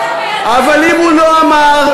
אבל אם הוא לא אמר,